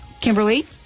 Kimberly